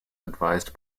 advised